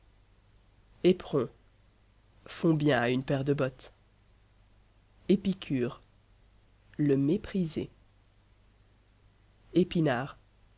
épérons font bien à une paire de bottes épicure le mépriser épinards